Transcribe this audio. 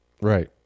Right